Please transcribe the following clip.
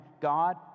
God